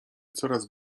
coraz